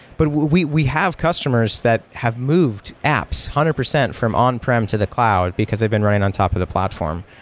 but we we have customers that have moved apps one hundred percent from on-prem to the cloud, because they've been running on top of the platform.